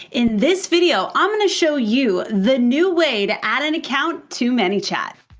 in this video, i'm gonna show you the new way to add an account to manychat.